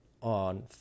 on